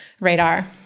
radar